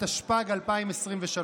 אמרתי "שתוי".